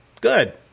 Good